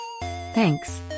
Thanks